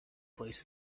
place